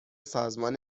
سازمان